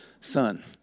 son